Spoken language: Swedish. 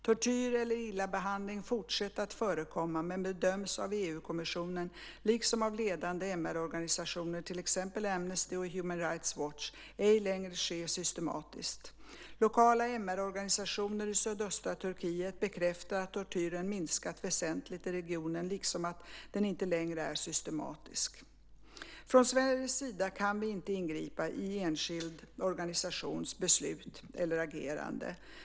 Tortyr eller illabehandling fortsätter att förekomma men bedöms av EU-kommissionen, liksom av ledande MR-organisationer, till exempel Amnesty och Human Rights Watch, ej längre ske systematiskt. Lokala MR-organisationer i sydöstra Turkiet bekräftar att tortyren minskat väsentligt i regionen, liksom att den inte längre är systematisk. Från Sveriges sida kan vi inte ingripa i en enskild organisations beslut eller agerande.